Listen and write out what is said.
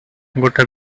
gotta